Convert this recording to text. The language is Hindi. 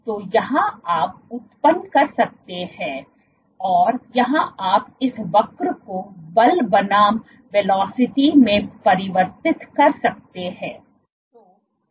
तो यहाँ आप उत्पन्न कर सकते हैं और आप इस वक्र को बल बनाम वेलोसिटी में परिवर्तित कर सकते हैं